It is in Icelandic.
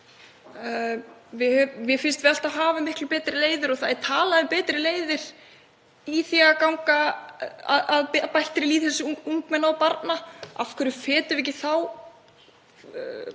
Mér finnst við alltaf hafa miklu betri leiðir og það er talað um betri leiðir í því að bæta lýðheilsu ungmenna og barna. Af hverju fetum við ekki þá